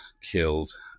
killed